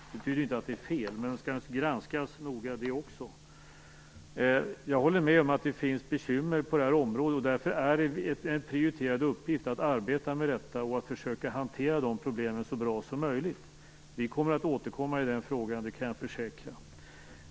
Det betyder inte att de är fel, men de skall naturligtvis granskas noga. Jag håller med om att det finns bekymmer på det här området. Därför är det en prioriterad uppgift att arbeta med detta och att försöka hantera de problemen så bra som möjligt. Vi kommer att återkomma i den frågan. Det kan jag försäkra.